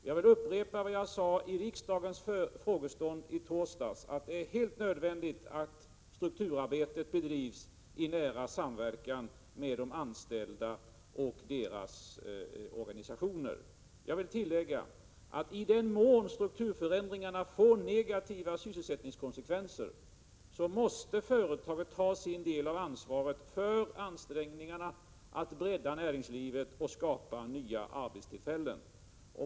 Jag vill upprepa vad jag sade i riksdagens frågestund i torsdags, att det är helt nödvändigt att strukturarbetet bedrivs i nära samverkan med de anställda och deras organisationer. Jag vill tillägga att i den mån strukturförändringar får negativa sysselsättningskonsekvenser, måste företaget ta sin del av ansvaret för ansträngningarna att bredda näringslivet och skapa nya arbetstillfällen.